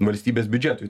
valstybės biudžetui